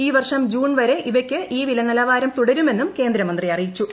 ഈ വർഷം ജൂൺ വരെ ഇപ്പൂയ്ക്ക് ഈ വിലനിലവാരം തുടരുമെന്നും കേന്ദ്രമന്ത്രി അറിയിച്ചു